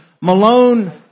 Malone